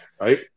Right